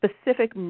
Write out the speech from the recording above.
specific